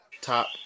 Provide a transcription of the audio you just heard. top